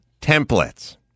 Templates